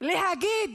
להגיד